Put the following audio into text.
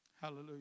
Hallelujah